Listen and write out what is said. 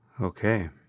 Okay